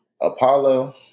Apollo